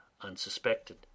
unsuspected